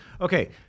Okay